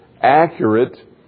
accurate